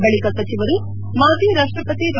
ಬಳಿಕ ಸಚಿವರು ಮಾಜಿ ರಾಷ್ಷಪತಿ ಡಾ